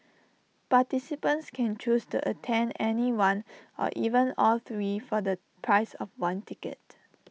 participants can choose to attend any one or even all three for the price of one ticket